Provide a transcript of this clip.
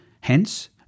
Hence